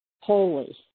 holy